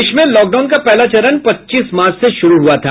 देश में लॉकडाउन का पहला चरण पच्चीस मार्च से शुरू हुआ था